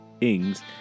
Ings